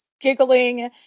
giggling